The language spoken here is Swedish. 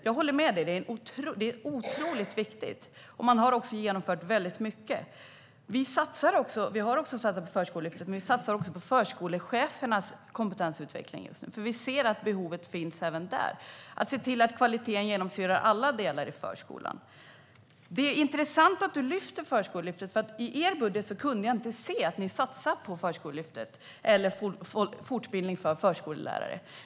Jag håller med om att det är otroligt viktigt, och man har genomfört väldigt mycket. Vi har också satsat på Förskolelyftet. Men vi satsar också på förskolechefernas kompetensutveckling just nu, för vi ser att behovet finns att se till att kvaliteten genomsyrar alla delar i förskolan. Det är intressant att du tar upp Förskolelyftet, för i er budget kunde jag inte se att ni satsar på Förskolelyftet eller fortbildning för förskollärare.